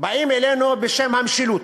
באים אלינו בשם המשילות.